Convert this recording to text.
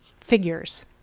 figures